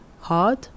hard